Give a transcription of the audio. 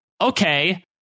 okay